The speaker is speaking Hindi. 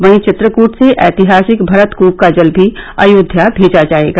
वहीं चित्रकूट से ऐतिहासिक भरतकूप का जल भी अयोध्या भेजा जाएगा